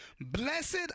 Blessed